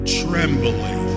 trembling